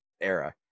era